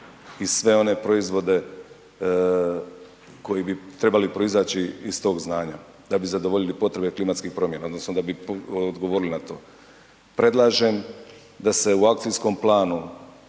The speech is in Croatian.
i sve one proizvode koji bi trebali proizaći iz tog znanja da bi zadovoljili potrebe klimatskih promjena, odnosno da bi odgovorili na to. Predlažem da se u Akcijskom planu